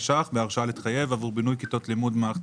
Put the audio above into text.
בהרשאה להתחייב עבור בינוי כיתות לימוד במערכת